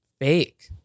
fake